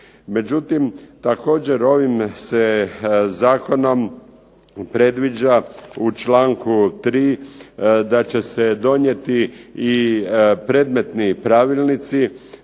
Međutim također ovim se zakonom predviđa u članku 3. da će se donijeti i predmetni pravilnici,